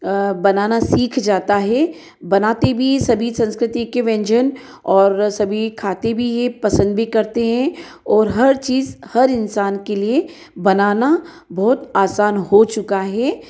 अ बनाना सीख जाता है बनाते भी सभी संस्कृति के व्यंजन और सभी खाते भी हैं पसंद भी करते हैं और हर चीज़ हर इंसान के लिए बनाना बहुत आसान हो चुका है